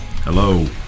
Hello